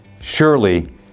Surely